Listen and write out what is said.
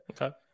okay